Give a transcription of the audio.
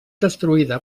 destruïda